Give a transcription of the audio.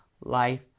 life